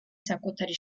საკუთარი